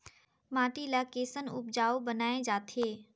माटी ला कैसन उपजाऊ बनाय जाथे?